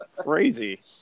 crazy